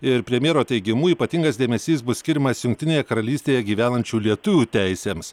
ir premjero teigimu ypatingas dėmesys bus skiriamas jungtinėje karalystėje gyvenančių lietuvių teisėms